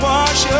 Wash